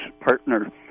partner